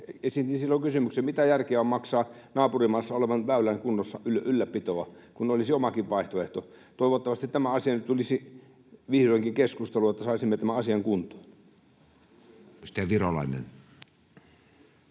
Esitin silloin kysymyksen, mitä järkeä on maksaa naapurimaassa olevan väylän ylläpitoa, kun olisi omakin vaihtoehto. Toivottavasti tämä asia nyt tulisi vihdoinkin keskusteluun, jotta saisimme tämän asian kuntoon.